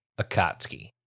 Akatsuki